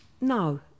No